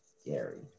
scary